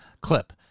clip